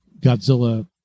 Godzilla